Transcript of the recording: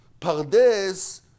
Pardes